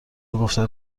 گفتن